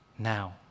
Now